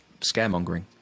scaremongering